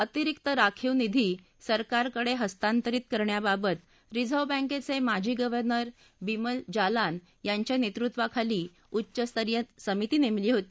अतिरिक्त राखीव निधी सरकारकडे हस्तांतरित करण्याबाबत रिझर्व्ह बँकेचे माजी गव्हर्नर बिमल जालान यांच्या नेतृत्वाखाली उच्चस्तरीय समिती नेमली होती